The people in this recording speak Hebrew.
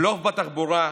בלוף בתחבורה,